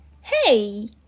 Hey